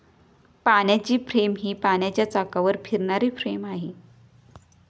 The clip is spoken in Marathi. पाण्याची फ्रेम ही पाण्याच्या चाकावर फिरणारी फ्रेम आहे